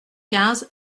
quinze